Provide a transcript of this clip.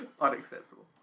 Unacceptable